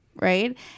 Right